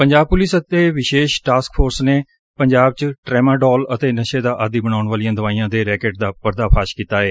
Punjab police ਅਤੇ ਪ੍ਰਦੇਸ਼ task force ਨੇ ਪੰਜਾਬ ਚ ਟਰੈਮਾਡੋਲ ਅਤੇ ਨਸ਼ੇ ਦਾ ਆਦੀ ਬਣਾਉਣ ਵਾਲੀਆ ਦਵਾਈਆ ਦੇ ਰੈਕੇਟ ਦਾ ਪਰਦਾਫਾਸ਼ ਕੀਤਾ ਏ